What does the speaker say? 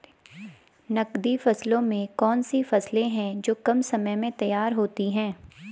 नकदी फसलों में कौन सी फसलें है जो कम समय में तैयार होती हैं?